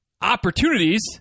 opportunities